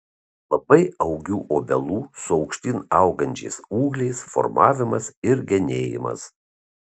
labai augių obelų su aukštyn augančiais ūgliais formavimas ir genėjimas